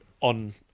on